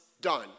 done